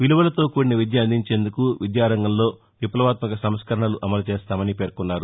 విలువలతో కూడిన విద్య అందించేందుకు విద్యారంగంలో విప్లవాత్మక సంస్కరణలు అమలు చేస్తామని పేర్కొన్నారు